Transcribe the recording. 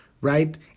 right